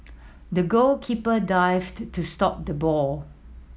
the goalkeeper dived to stop the ball